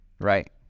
right